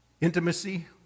Intimacy